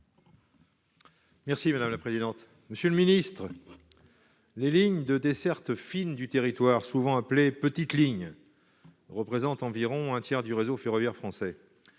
Merci madame la présidente, monsieur le ministre, les lignes de desserte fine du territoire, souvent appelée petites lignes représentent environ un tiers du réseau ferroviaire français,